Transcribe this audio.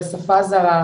בשפה זרה,